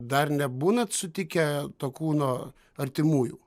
dar nebūnat sutikę to kūno artimųjų